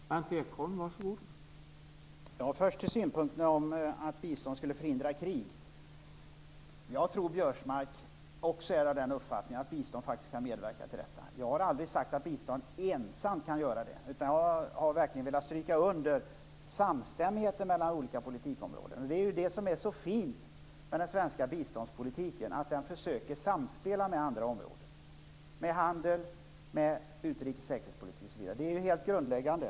Herr talman! Först till synpunkterna att bistånd skulle förhindra krig. Jag tror att också Biörsmark är av uppfattningen att bistånd faktiskt kan medverka till att krig förhindras. Jag har aldrig sagt att bistånd ensamt kan göra det utan har verkligen velat stryka under samstämmigheten mellan olika politikområden. Det som är så fint med den svenska biståndspolitiken är samspelet med andra områden, med handel, med utrikes och säkerhetspolitik osv. Det är ju helt grundläggande.